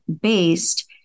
based